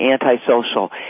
antisocial